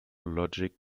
logic